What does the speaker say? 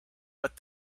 but